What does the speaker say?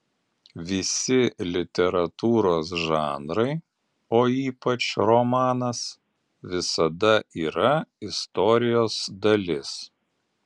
visi literatūros žanrai o ypač romanas visada yra istorijos dalis